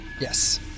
Yes